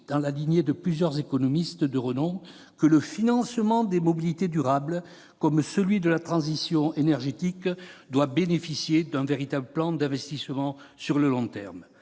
dans la lignée de plusieurs économistes de renom, que le financement des mobilités durables, comme celui de la transition énergétique, doit bénéficier d'un véritable plan d'investissement sur le long terme.